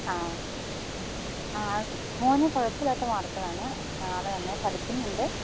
ആ ആ മോന് കുഴപ്പമില്ലാത്ത മാർക്കുകളാണ് ആൾ നന്നായി പഠിക്കുന്നുണ്ട്